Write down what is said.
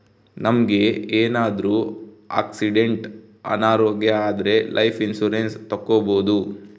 ನಮ್ಗೆ ಏನಾದ್ರೂ ಆಕ್ಸಿಡೆಂಟ್ ಅನಾರೋಗ್ಯ ಆದ್ರೆ ಲೈಫ್ ಇನ್ಸೂರೆನ್ಸ್ ತಕ್ಕೊಬೋದು